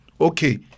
okay